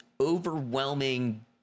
overwhelming